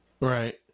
Right